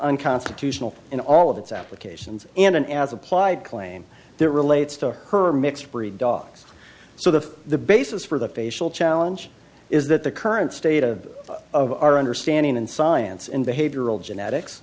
unconstitutional in all of its applications and as applied claim that relates to her mixed breed dogs so the the basis for the facial challenge is that the current state of of our understanding and science in behavioral genetics